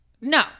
No